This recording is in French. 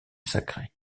sacré